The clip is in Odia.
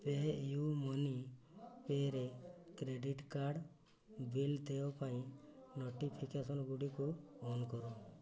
ପେୟୁ ମନି ପେରେ କ୍ରେଡ଼ିଟ୍ କାର୍ଡ଼୍ ବିଲ୍ ଦେୟ ପାଇଁ ନୋଟିଫିକେସନ୍ଗୁଡ଼ିକୁ ଅନ୍ କର